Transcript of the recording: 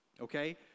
okay